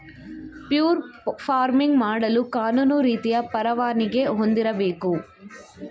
fur farming ಮಾಡಲು ಕಾನೂನು ರೀತಿಯ ಪರವಾನಿಗೆ ಹೊಂದಿರಬೇಕು